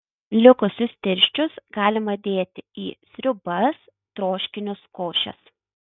likusius tirščius galima dėti į sriubas troškinius košes